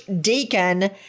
deacon